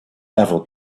ever